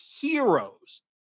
heroes